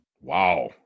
Wow